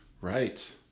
Right